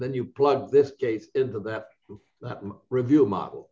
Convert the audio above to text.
then you plug this case into that review model